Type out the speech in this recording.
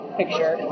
picture